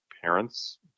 parents